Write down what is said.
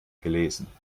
gelesen